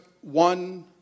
one